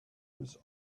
was